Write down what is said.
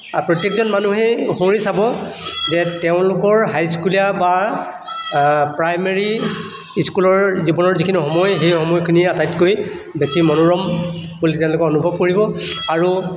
প্ৰত্যেকজন মানুহেই সোঁৱৰি চাব যে তেওঁলোকৰ হাইস্কুলীয়া বা প্ৰাইমেৰী স্কুলৰ জীৱনৰ যিখিনি সময় সেই সময়খিনিয়ে আটাইতকৈ বেছি মনোৰম বুলি তেওঁলোকে অনুভৱ কৰিব আৰু